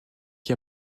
qui